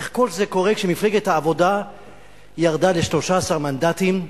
איך כל זה קורה כשמפלגת העבודה ירדה ל-13 מנדטים,